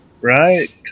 Right